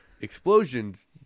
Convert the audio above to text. Explosions